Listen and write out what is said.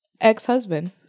ex-husband